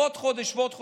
עוד חודש ועוד חודש,